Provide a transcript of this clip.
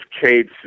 Cade's